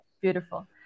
beautiful